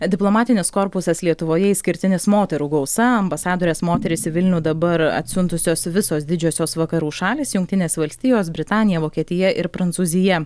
diplomatinis korpusas lietuvoje išskirtinis moterų gausa ambasadorės moterys į vilnių dabar atsiuntusios visos didžiosios vakarų šalys jungtinės valstijos britanija vokietija ir prancūzija